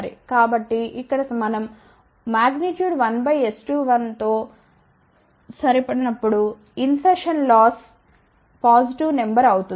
కాబట్టి ఇక్కడ మనం 1S21 తీసుకున్నప్పుడు insertion loss positive number అవుతుంది